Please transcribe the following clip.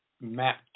map